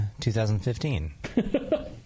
2015